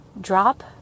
drop